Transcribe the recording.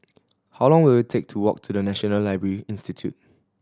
how long will it take to walk to The National Library Institute